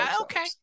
Okay